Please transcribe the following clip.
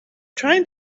trying